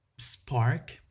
spark